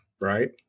right